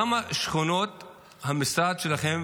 כמה שכונות המשרד שלכם